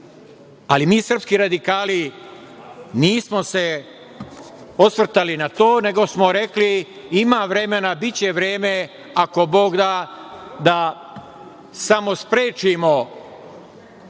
srpski radikali nismo se osvrtali na to, nego smo rekli, ima vremena, biće vreme, ako Bog da, da samo sprečimo